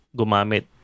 gumamit